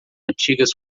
antigas